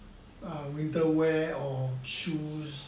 a winter wear or shoes